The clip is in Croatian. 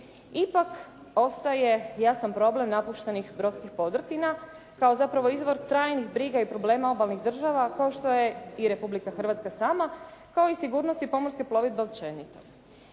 Ipak ostaje jasan problem napuštenih brodskih podrtrina kao zapravo izvor trajnih briga i problema obalnih država kao što je i Republika Hrvatska sama, kao i sigurnosti pomorske plovidbe općenito.